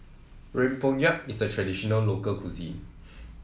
Rempeyek is a traditional local cuisine